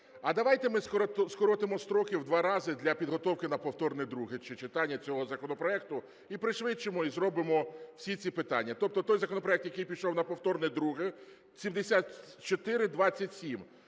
А давайте ми скоротимо строки в два рази для підготовки на повторне друге читання цього законопроекту і пришвидшимо, і зробимо всі ці питання? Тобто той законопроект, який пішов на повторне друге, 7427,